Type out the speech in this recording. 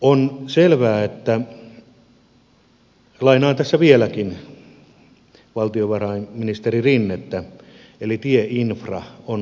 on selvää lainaan tässä vieläkin valtiovarainministeri rinnettä että tie infrasta on huolehdittava